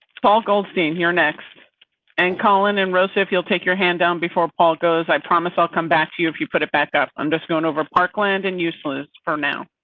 paul gold, seeing here next and colin and rosie. if you'll take your hand down before paul goes i promise i'll come back to you if you put it back up. i'm just going over parkland and useless for now,